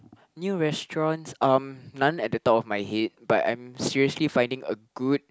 new restaurants um none at the top of my head but I'm seriously finding a good